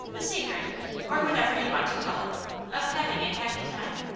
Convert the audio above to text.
the secret or whatever you want to call it of having a happy time.